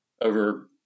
over